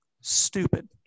stupid